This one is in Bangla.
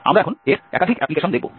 আমরা এখন এর একাধিক অ্যাপ্লিকেশন দেখব